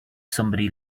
somebody